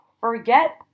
Forget